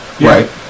Right